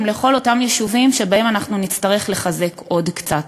לכל אותם יישובים שבהם אנחנו נצטרך לחזק עוד קצת.